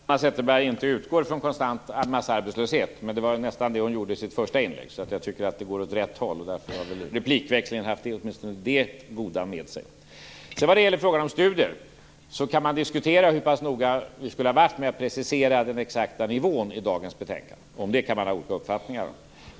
Herr talman! Det gläder mig att Hanna Zetterberg inte utgår från konstant massarbetslöshet. Det var nästan det hon gjorde i sitt första inlägg, så jag tycker att det går åt rätt håll. Då har väl replikväxlingen haft åtminstone det goda med sig. När det gäller frågan om studier kan man diskutera hur noga vi skulle ha preciserat den exakta nivån i dagens betänkande. Om det kan man ha olika uppfattningar.